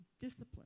discipline